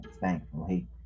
thankfully